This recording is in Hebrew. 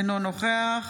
אינו נוכח